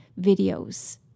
videos